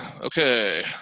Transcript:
okay